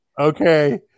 Okay